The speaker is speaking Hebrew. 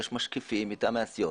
יש משקיפים מטעמי הסיעות.